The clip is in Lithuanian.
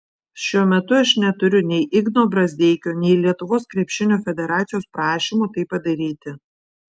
šiuo metu aš neturiu nei igno brazdeikio nei lietuvos krepšinio federacijos prašymo tai padaryti